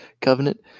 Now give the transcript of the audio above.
Covenant